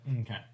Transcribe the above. Okay